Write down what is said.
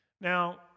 Now